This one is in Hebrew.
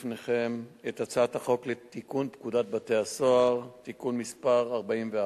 אני מתכבד להציג בפניכם את הצעת החוק לתיקון פקודת בתי-הסוהר (מס' 44)